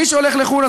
מי שהולך לחו"ל,